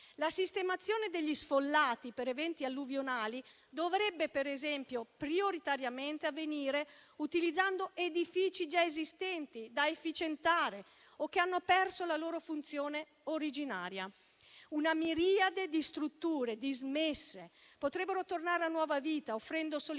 La sistemazione degli sfollati per eventi alluvionali, per esempio, dovrebbe avvenire prioritariamente utilizzando edifici già esistenti da efficientare o che hanno perso la loro funzione originaria. Una miriade di strutture dismesse potrebbe tornare a nuova vita, offrendo solidarietà